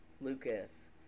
lucas